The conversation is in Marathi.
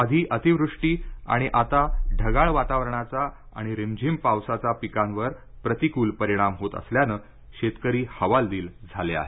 आधी अतिवृष्टी आणि आता ढगाळ वातावरणाचा आणि रिमझिम पावसाचा पिकांवर प्रतिकूल परिणाम होत असल्यानं शेतकरी हवालदिल झाले आहेत